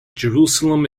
jerusalem